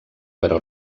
però